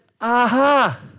aha